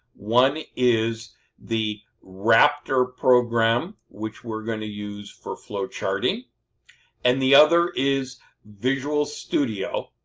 one is the raptor program which we're going to use for flowcharting and the other is visual studio.